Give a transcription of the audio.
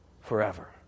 forever